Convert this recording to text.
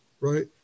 right